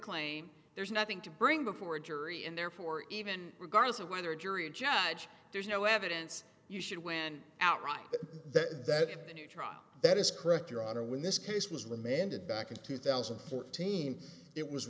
claim there's nothing to bring before a jury and therefore even regardless of whether jury or judge there's no evidence you should win outright that if the new trial that is correct your honor when this case was remanded back in two thousand and fourteen it was